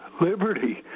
liberty